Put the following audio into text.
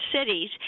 cities